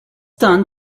done